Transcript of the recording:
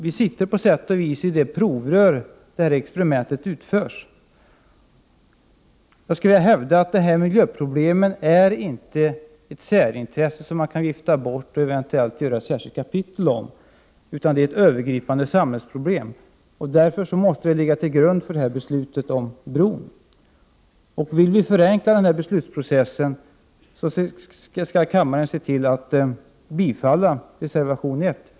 Vi sitter på sätt och vis i det provrör där experimentet utförs. Dessa miljöproblem utgör inte ett särintresse som man kan vifta bort och eventuellt skriva ett särskilt kapitel om. Det är ett övergripande samhällsproblem och måste därför ligga till grund för beslutet om bron. Om vi vill förenkla beslutsprocessen skall kammaren se till att bifalla reservation 1.